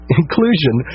inclusion